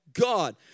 God